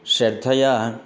श्रद्धया